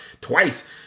twice